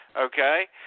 okay